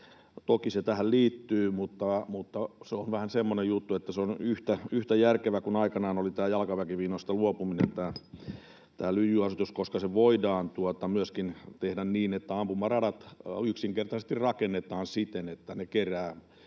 Toki se tähän liittyy, mutta se on vähän semmoinen juttu, että tämä lyijyasetus on yhtä järkevä kuin aikanaan oli tämä jalkaväkimiinoista luopuminen, koska se voidaan myöskin tehdä niin, että ampumaradat yksinkertaisesti rakennetaan siten, että ne keräävät